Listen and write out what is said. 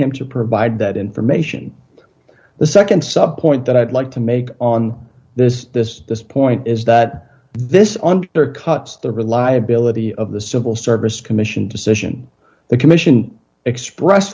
him to provide that information the nd subjoined that i'd like to make on this this this point is that this on or cuts the reliability of the civil service commission decision the commission express